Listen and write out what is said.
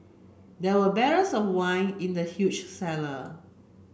there were barrels of wine in the huge cellar